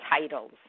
titles